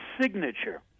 signature